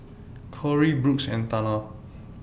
Kory Brooks and Tana